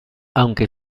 aunque